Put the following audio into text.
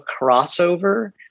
crossover